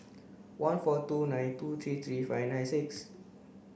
one four two nine two three three five nine six